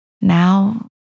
Now